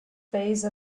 phase